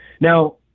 Now